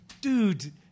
dude